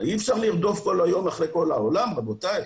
אז אי אפשר לרדוף כל היום אחרי כל העולם רבותיי,